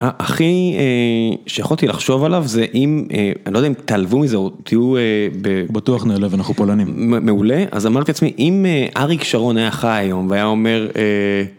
הכי שיכולתי לחשוב עליו זה אם, אני לא יודע אם תעלבו מזה או תהיו... בטוח נעלב, אנחנו פולנים... מעולה. אז אמרתי לעצמי אם אריק שרון היה חי היום והיה אומר